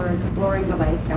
exploring the lake.